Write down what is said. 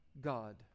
God